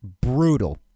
brutal